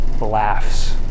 laughs